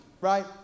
right